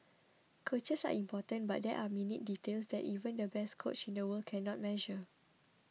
coaches are important but there are minute details that even the best coach in the world cannot measure